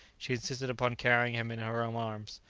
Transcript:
she insisted upon carrying him in her own arms.